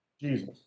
Jesus